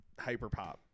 hyperpop